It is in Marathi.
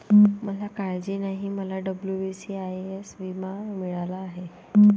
मला काळजी नाही, मला डब्ल्यू.बी.सी.आय.एस विमा मिळाला आहे